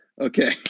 Okay